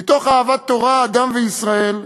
מתוך אהבת תורה, אדם וישראל,